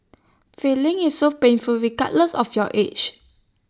filing is so painful regardless of your age